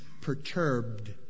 perturbed